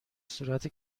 صورت